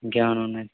ఇంకేవన్నా ఉన్నాయా